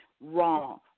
Wrong